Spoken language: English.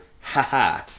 haha